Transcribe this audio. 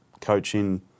coaching